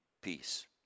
peace